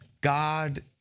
God